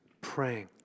praying